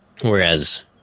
whereas